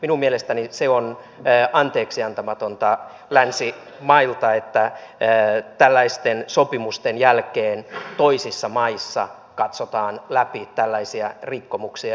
minun mielestäni se on anteeksiantamatonta länsimailta että tällaisten sopimusten jälkeen toisissa maissa katsotaan läpi sormien tällaisia rikkomuksia